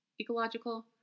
Ecological